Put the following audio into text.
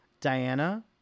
Diana